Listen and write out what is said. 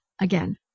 again